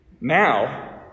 Now